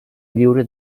lliure